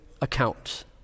account